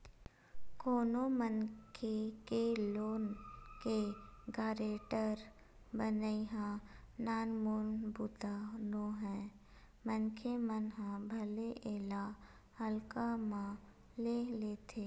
कोनो मनखे के लोन के गारेंटर बनई ह नानमुन बूता नोहय मनखे मन ह भले एला हल्का म ले लेथे